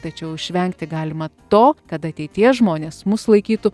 tačiau išvengti galima to kad ateities žmonės mus laikytų